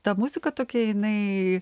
ta muzika tokia jinai